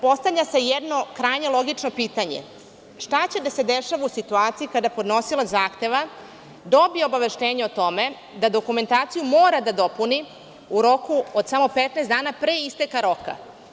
Postavlja se jedno krajnje logično pitanje – šta će da se dešava u situaciji kada podnosilac zahteva dobije obaveštenje o tome da dokumentaciju mora da dopuni u roku od samo 15 dana pre isteka roka?